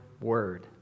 word